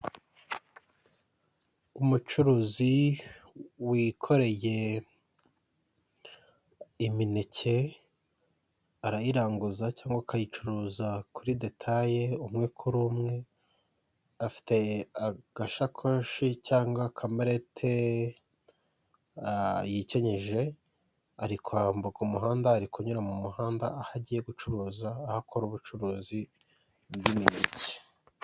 Umucuruzi wikoreye imineke arayiranguza, cyangwa akayicuruza kuri detaile umwe kuri umwe, afite agasakoshi cyangwa akamalete yikenyeje, ari kwambuka umuhanda ari kunyura mu muhanda, aho agiye gucuruza aho akora ubucuruzi bw'imigeke.